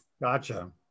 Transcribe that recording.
Gotcha